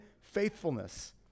faithfulness